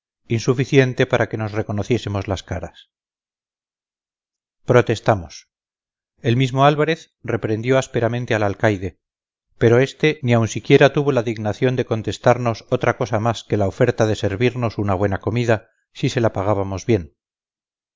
insuficiente para que nos reconociésemos las caras protestamos el mismo álvarez reprendió ásperamente al alcaide pero este ni aun siquiera tuvo la dignación de contestarnos otra cosa más que la oferta de servirnos una buena comida si se la pagábamos bien